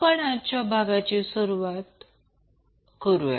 आपण आजच्या भागाची चर्चा सुरुवात करूया